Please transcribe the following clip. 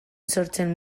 sortzen